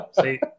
See